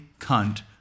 cunt